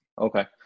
Okay